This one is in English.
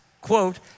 quote